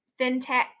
FinTech